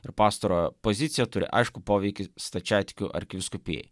ir pastarojo pozicija turi aiškų poveikį stačiatikių arkivyskupijai